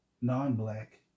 non-black